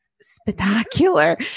spectacular